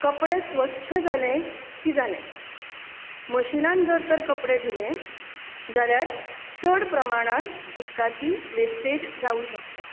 कपडे स्वच्छ जाले की जाले मशिनांत जर तर कपडे धुले जाल्यार चड प्रमाणांत उदकाची वेस्टेज जावूं शकता